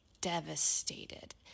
devastated